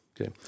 Okay